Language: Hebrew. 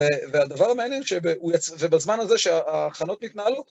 והדבר המעניין, ש... ובזמן הזה שההכנות נתנהלו,